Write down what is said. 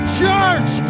church